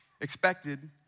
expected